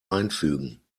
einfügen